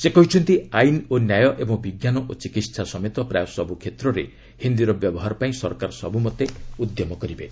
ସେ କହିଛନ୍ତି ଆଇନ ଓ ନ୍ୟାୟ ଏବଂ ବିଜ୍ଞାନ ଓ ଚିକିତ୍ସା ସମେତ ପ୍ରାୟ ସବ୍ର କ୍ଷେତ୍ରରେ ହିନ୍ଦୀର ବ୍ୟବହାର ପାଇଁ ସରକାର ସବ୍ରମତେ ଉଦ୍ୟମ କରିବେ